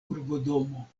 urbodomo